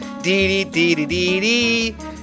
Dee-dee-dee-dee-dee-dee